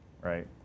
right